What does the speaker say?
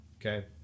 Okay